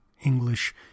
English